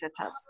setups